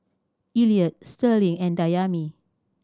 Elliot Sterling and Dayami